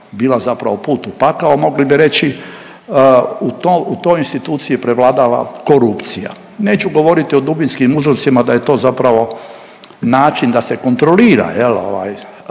bila zapravo put u pakao mogli bi reći u toj instituciji prevladava korupcija. Neću govoriti o dubinskim uzrocima da je to zapravo način da se kontrolira ovaj